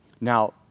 Now